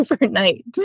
overnight